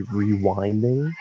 rewinding